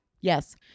yes